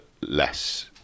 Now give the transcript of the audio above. less